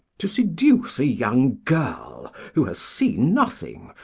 to seduce a young girl, who has seen nothing,